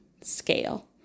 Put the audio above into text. scale